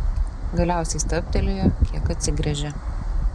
galiausiai stabtelėjo kiek atsigręžė